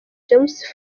james